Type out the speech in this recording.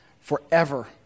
forever